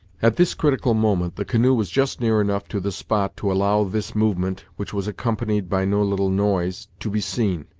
at this critical moment the canoe was just near enough to the spot to allow this movement, which was accompanied by no little noise, to be seen,